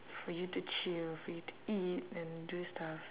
for you to chill for you to eat and do stuff